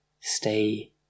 stay